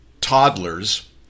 Toddlers